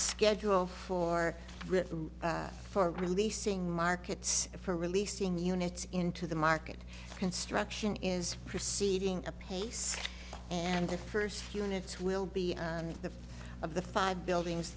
schedule for the for releasing markets for releasing the units into the market construction is proceeding apace and the first few minutes will be on the of the five buildings